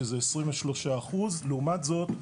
שזה 23%. לעומת זאת,